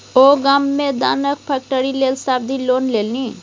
ओ गाममे मे दानाक फैक्ट्री लेल सावधि लोन लेलनि